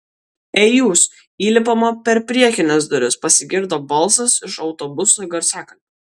ei jūs įlipama per priekines duris pasigirdo balsas iš autobuso garsiakalbio